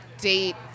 date